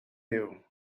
you